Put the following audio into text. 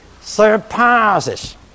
surpasses